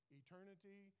eternity